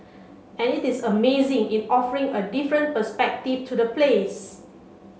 and it is amazing in offering a different perspective to the place